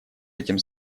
этим